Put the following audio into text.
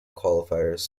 qualifiers